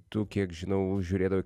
tu kiek žinau žiūrėdavai